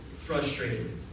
frustrated